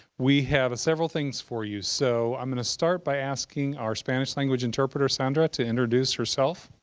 we have several things for you. so i'm going to start by asking our spanish language interpreter, sandra, to introduce herself.